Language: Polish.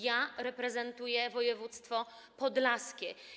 Ja reprezentuję województwo podlaskie.